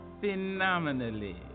phenomenally